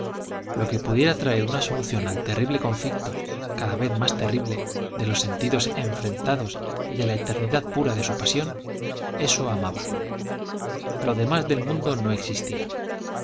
lo que pudiera traer una solución al terrible conflicto cada vez más terrible de los sentidos enfrenados y de la eternidad pura de su pasión eso amaba lo demás del mundo no existía